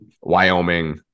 Wyoming